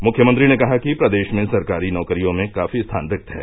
मुख्यमंत्री ने कहा कि प्रदेश में सरकारी नौकरियों में काफी स्थान रिक्त है